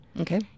Okay